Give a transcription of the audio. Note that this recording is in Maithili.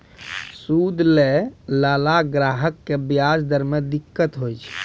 सूद लैय लाला ग्राहक क व्याज दर म दिक्कत होय छै